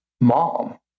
mom